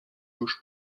już